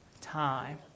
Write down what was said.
time